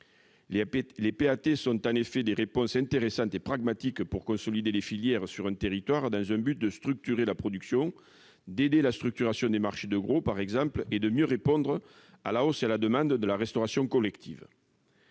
Les PAT sont des solutions intéressantes et pragmatiques pour consolider les filières sur un territoire dans le but de structurer la production, d'aider la structuration des marchés de gros, par exemple, et de mieux répondre à la hausse de la demande de la restauration collective.